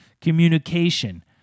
communication